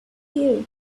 here